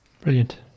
Brilliant